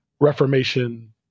Reformation